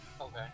Okay